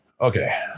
Okay